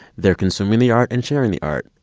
they're consuming the art and sharing the art.